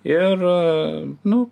ir nu